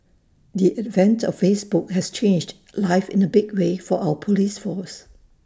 the advent of Facebook has changed life in A big way for our Police force